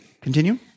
continue